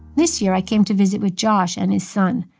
this year, i came to visit with josh and his son,